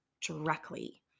directly